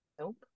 Nope